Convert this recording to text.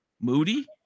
Moody